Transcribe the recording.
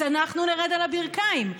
אנחנו נרד על הברכיים,